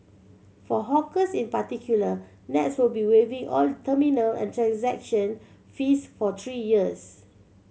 for hawkers in particular Nets will be waiving all terminal and transaction fees for three years